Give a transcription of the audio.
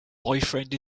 boyfriend